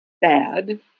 bad